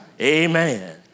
Amen